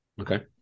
Okay